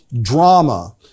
drama